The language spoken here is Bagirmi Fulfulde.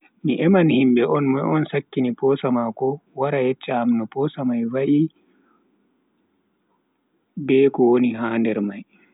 Mi eman himbe on moi on sakkini posa mako wara yeccha am no posa mai woni be ko woni nder mai.